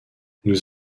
nous